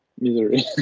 misery